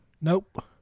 nope